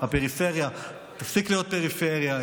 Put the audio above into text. הפריפריה תפסיק להיות פריפריה.